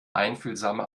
einfühlsame